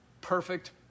perfect